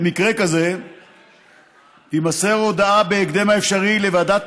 במקרה כזה תימסר הודעה בהקדם האפשרי לוועדת